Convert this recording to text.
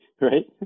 Right